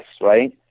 right